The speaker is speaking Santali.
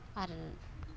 ᱟᱨ